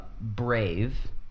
Brave